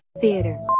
theater